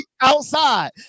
outside